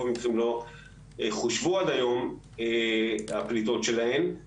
המקרים לא חושבו הפליטות שלהם עד היום.